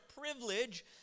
privilege